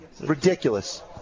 Ridiculous